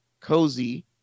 Cozy